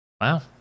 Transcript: Wow